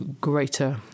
greater